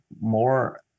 more